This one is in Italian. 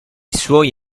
suoi